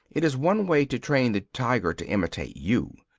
it is one way to train the tiger to imitate you,